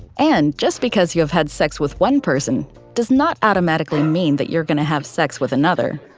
and just because you have had sex with one person does not automatically mean that you're gonna have sex with another,